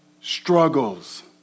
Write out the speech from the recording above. Struggles